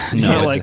No